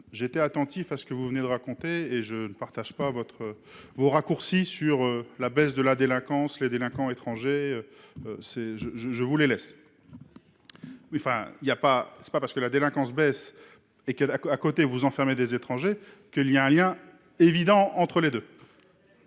été attentif à vos propos, et je ne partage pas vos raccourcis sur la baisse de la délinquance, les délinquants étrangers, etc. Ce sont les chiffres ! Ce n’est pas parce que la délinquance baisse et que vous enfermez des étrangers qu’il y a un lien évident entre les deux